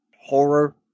horror